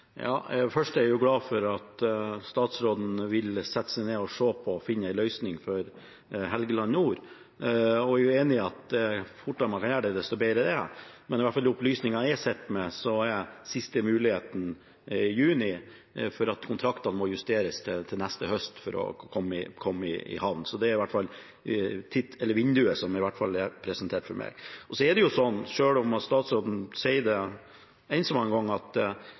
er jeg glad for at statsråden vil sette seg ned for å finne løsninger for Helgeland nord, og jeg er enig i at jo fortere man gjør det, desto bedre er det. Men etter de opplysningene jeg sitter med, er siste mulighet i juni fordi kontraktene må justeres til neste høst for at man skal komme i havn. Det er i hvert fall vinduet som er presentert for meg. Det er sånn, selv om statsråden sier det enn så mange ganger, at